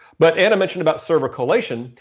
but ana mentioned about server collation.